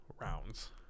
rounds